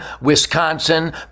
Wisconsin